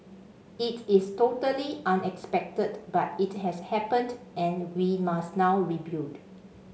it is totally unexpected but it has happened and we must now rebuild